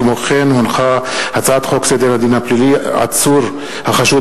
הצעת חוק סדר הדין הפלילי (עצור החשוד